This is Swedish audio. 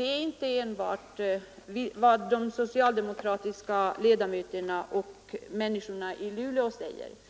är inte enbart en följd av vad de socialdemokratiska ledamöterna och människorna i Luleå kräver.